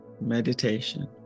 meditation